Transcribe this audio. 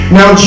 Now